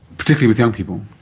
particularly with young people.